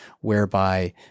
whereby